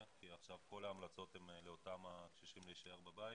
כי עכשיו כל ההמלצות לאותם הקשישים הן להישאר בבית